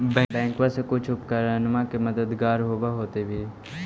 बैंकबा से कुछ उपकरणमा के मददगार होब होतै भी?